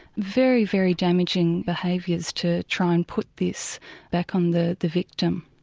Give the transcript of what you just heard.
very, very damaging behaviours to try and put this back on the the victim.